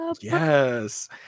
Yes